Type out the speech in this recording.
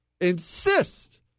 insist